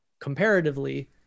comparatively